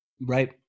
right